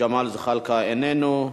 ג'מאל זחאלקה, איננו,